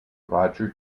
roger